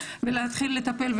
להתחיל לטפל,